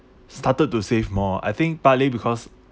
started to save more I think partly because